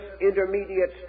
intermediate